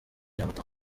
nyamata